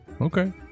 okay